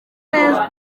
neza